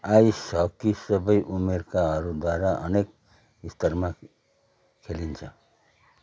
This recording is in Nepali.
आइस हकी सबै उमेरकाहरूद्वारा अनेक स्तरमा खेलिन्छ